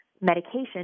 medication